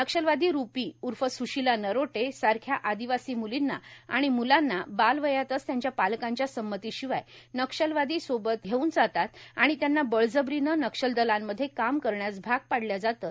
नक्षलवादी रूपी उर्फ स्वशिला नरोटे ासारख्या आदिवासी मुर्लींना आणि मुलांना बालवयातच त्यांच्या पालकांच्या संमतीशिवाय नक्षलवादी सोबत धेऊन जातात आणि त्यांना बळजबरीनं नक्षलदलांमध्ये काम करण्यास भाग पाडल्या जाते